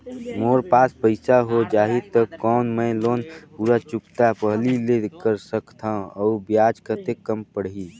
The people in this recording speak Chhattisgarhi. मोर पास पईसा हो जाही त कौन मैं लोन पूरा चुकता पहली ले कर सकथव अउ ब्याज कतेक कम पड़ही?